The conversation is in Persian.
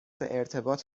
ارتباط